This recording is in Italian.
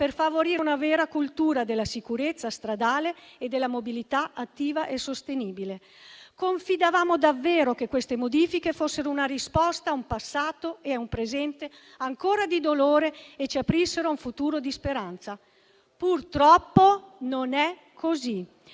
per favorire una vera cultura della sicurezza stradale e della mobilità attiva e sostenibile. Confidavamo davvero che queste modifiche fossero una risposta a un passato e a un presente ancora di dolore e ci aprissero a un futuro di speranza. Purtroppo non è così.